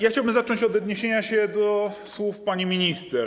Ja chciałbym zacząć od odniesienia się do słów pani minister.